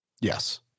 Yes